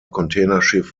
containerschiff